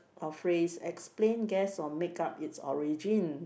or phrase explain guess or make up it's origin